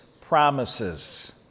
promises